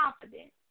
confident